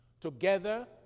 Together